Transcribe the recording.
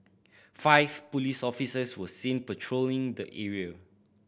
five police officers were seen patrolling the area